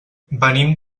venim